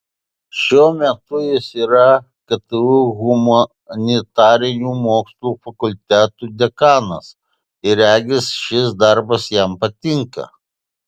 šiuo metu jis yra ktu humanitarinių mokslų fakulteto dekanas ir regis šis darbas jam patinka